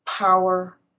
power